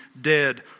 dead